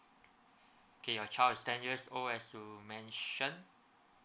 kay~ your child is ten years old as you mention